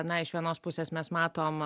na iš vienos pusės mes matom